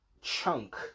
chunk